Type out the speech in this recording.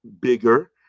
bigger